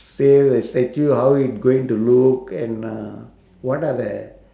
say the statue how it going to look and uh what are the